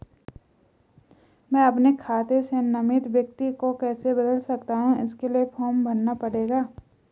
मैं अपने खाते से नामित व्यक्ति को कैसे बदल सकता हूँ इसके लिए फॉर्म भरना पड़ेगा?